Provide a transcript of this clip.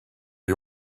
you